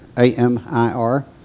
A-M-I-R